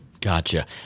Gotcha